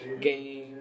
game